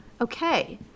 okay